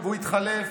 והוא יתחלף,